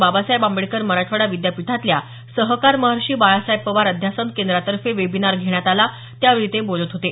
बाबासाहेब आंबेडकर मराठवाडा विद्यापीठातल्या सहकारमहर्षी बाळासाहेब पवार अध्यासन केंद्रातर्फे वेबिनार घेण्यात आलं त्यावेळी ते बोलत होते